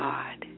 God